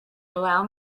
allow